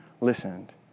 listened